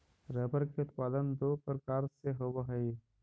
rubber के उत्पादन दो प्रकार से होवऽ हई